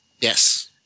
Yes